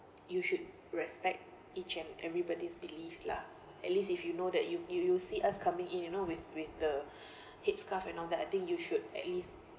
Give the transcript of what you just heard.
you should respect each and everybody's beliefs lah at least if you know that you you see us coming in you know with with the headscarf and all that I think you should at least